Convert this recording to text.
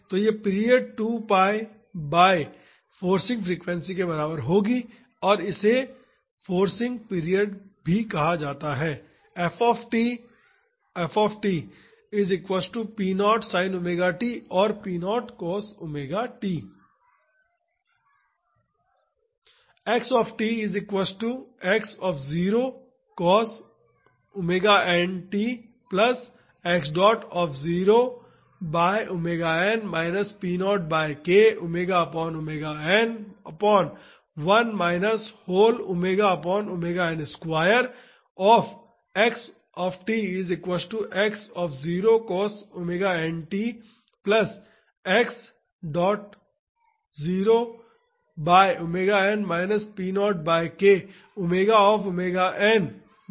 तो यह period 2 π by forcing frequency के बराबर होगी और इसे फोर्सिंग पीरियड कहा जाता है